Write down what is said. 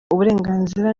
uburenganzira